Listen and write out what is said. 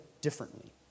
differently